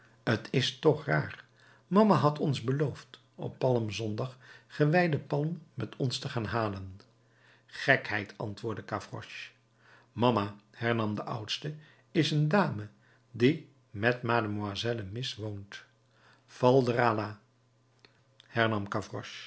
t is toch raar mama had ons beloofd op palmzondag gewijde palm met ons te gaan halen gekheid antwoordde gavroche mama hernam de oudste is een dame die met mamselle miss woont falderala hernam